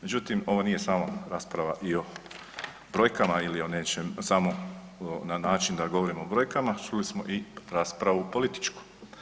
Međutim, ovo nije samo rasprava i o brojkama ili o nečem samo na način da govorimo o brojkama, čuli smo i raspravu političku.